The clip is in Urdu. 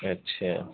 اچھا